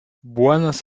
buenos